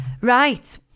Right